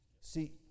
See